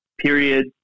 period